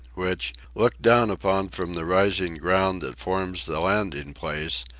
which, looked down upon from the rising ground that forms the landing-place,